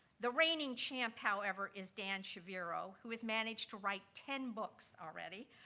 the reigning champ, however, is dan shaviro, who has managed to write ten books already,